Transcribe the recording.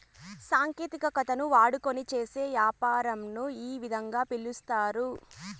సాంకేతికతను వాడుకొని చేసే యాపారంను ఈ విధంగా పిలుస్తారు